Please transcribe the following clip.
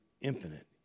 infinite